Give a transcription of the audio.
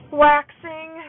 waxing